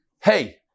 Hey